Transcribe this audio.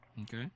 Okay